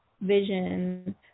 vision